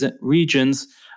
regions